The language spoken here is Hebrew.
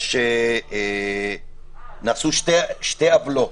נעשו שתי עוולות,